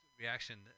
reaction